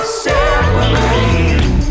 separate